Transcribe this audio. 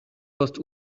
post